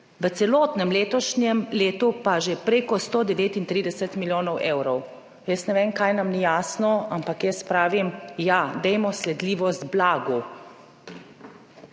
v celotnem letošnjem letu pa že prek 139 milijonov evrov. Jaz ne vem, kaj nam ni jasno, ampak jaz pravim, ja, dajmo slediti blagu.